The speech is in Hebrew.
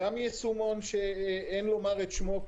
גם ישומון שאין לומר את שמו,